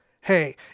Hey